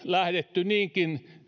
lähdetty niinkin